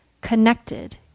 connected